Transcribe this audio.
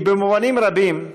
כי במובנים רבים,